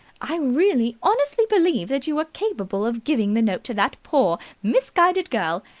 i really honestly believe that you were capable of giving the note to that poor, misguided girl,